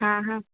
हां हां